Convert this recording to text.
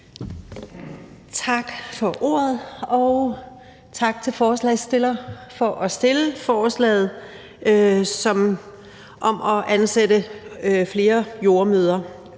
Tak for ordet, og tak til forslagsstillerne for at fremsætte forslaget om at ansætte flere jordemødre